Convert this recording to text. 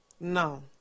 No